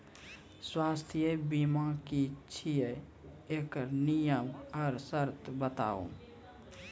स्वास्थ्य बीमा की छियै? एकरऽ नियम आर सर्त बताऊ?